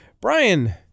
Brian